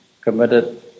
committed